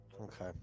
Okay